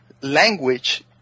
language